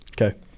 Okay